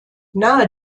nahe